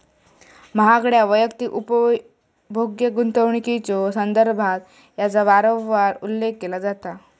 महागड्या वैयक्तिक उपभोग्य गुंतवणुकीच्यो संदर्भात याचा वारंवार उल्लेख केला जाता